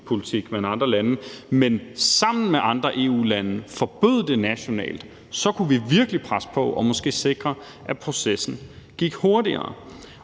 EU-politik med nogle andre lande, men sammen med andre EU-lande forbød det nationalt, kunne vi virkelig presse på og måske sikre, at processen gik hurtigere.